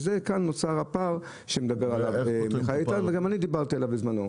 זה הפער שמדבר עליו מיכאל ביטון וגם אני דיברתי עליו בזמנו.